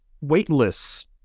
weightless